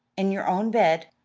in your own bed.